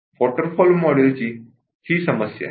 waterfall model ची ही समस्या आहे